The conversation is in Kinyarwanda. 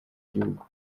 igihugu